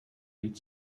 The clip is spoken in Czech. lid